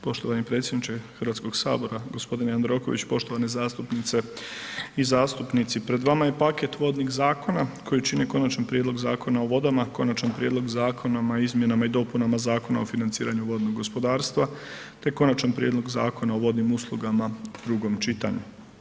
Poštovani predsjedniče Hrvatskog sabora gospodine Jandroković, poštovane zastupnice i zastupnici pred vama je paket vodnih zakona koji čine Konačan prijedlog Zakona o vodama, Konačan prijedlog Zakona o izmjenama i dopunama Zakona o financiranju vodnog gospodarstva te Konačan prijedlog Zakona o vodnim uslugama u drugom čitanju.